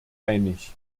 einig